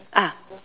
ah